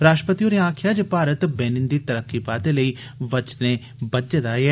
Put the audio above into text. राश्ट्रपति होरें आक्खेआ जे भारत बेनिन दी तरक्की बाद्दे लेई बी बचने बज्जे दा ऐ